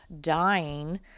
dying